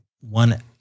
one